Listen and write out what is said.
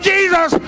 Jesus